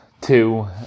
two